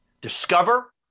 Discover